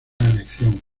elección